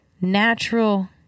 natural